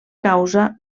causa